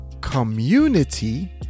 Community